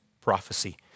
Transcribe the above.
prophecy